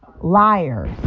liars